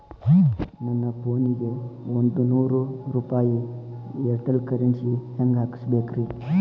ನನ್ನ ಫೋನಿಗೆ ಒಂದ್ ನೂರು ರೂಪಾಯಿ ಏರ್ಟೆಲ್ ಕರೆನ್ಸಿ ಹೆಂಗ್ ಹಾಕಿಸ್ಬೇಕ್ರಿ?